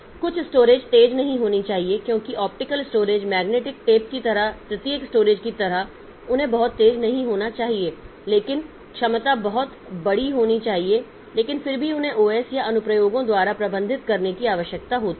कुछ स्टोरेज तेज़ नहीं होनी चाहिए क्योंकि ऑप्टिकल स्टोरेज मैग्नेटिक टेप की तरह तृतीयक स्टोरेज की तरह उन्हें बहुत तेज नहीं होना चाहिए लेकिन क्षमता बहुत बड़ी होनी चाहिए लेकिन फिर भी उन्हें ओएस या अनुप्रयोगों द्वारा प्रबंधित करने की आवश्यकता होती है